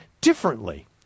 differently